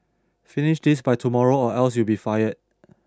finish this by tomorrow or else you'll be fired